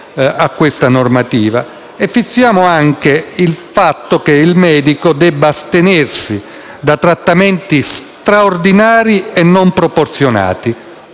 a questa normativa e fissiamo anche il fatto che il medico debba astenersi da trattamenti straordinari e non proporzionati,